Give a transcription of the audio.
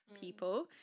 people